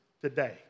today